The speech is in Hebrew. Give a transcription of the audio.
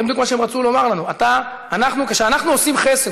זה בדיוק מה שהם רצו לומר לנו: כשאנחנו עושים חסד,